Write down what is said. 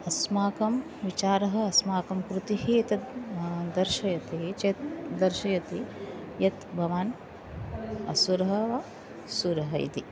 अस्माकं विचारः अस्माकं कृतिः तत् दर्शयति चेत् दर्शयति यत् भवान् असुरः वा सुरः इति